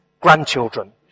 grandchildren